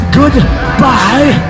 goodbye